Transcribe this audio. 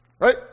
Right